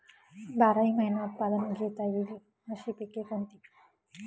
बाराही महिने उत्पादन घेता येईल अशी पिके कोणती?